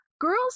girls